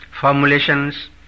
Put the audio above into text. formulations